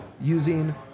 using